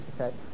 okay